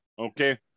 Okay